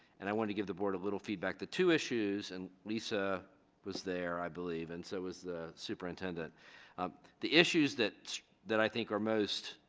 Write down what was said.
and i want to give the board a little feedback two issues and lisa was there i believe and so was the superintendent the issues that that i think are most